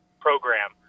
program